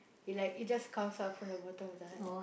is like it just comes up from the bottom of the heart